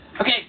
okay